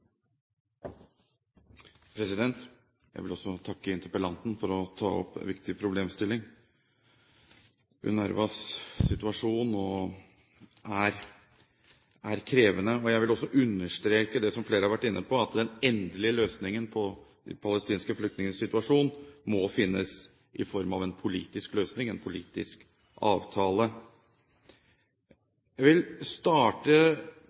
kan. Jeg vil også takke interpellanten for å ta opp en viktig problemstilling. UNRWAs situasjon er krevende, og jeg vil også understreke, som flere har vært inne på, at den endelige løsningen på de palestinske flyktningenes situasjon må finnes i form av en politisk løsning, en politisk avtale. Jeg vil starte